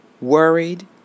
worried